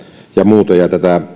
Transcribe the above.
ja muuta